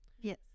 Yes